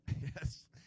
Yes